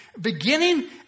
beginning